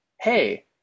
hey